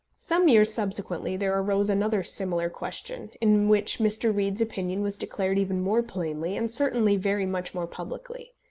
some years subsequently there arose another similar question, in which mr. reade's opinion was declared even more plainly, and certainly very much more publicly.